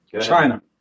China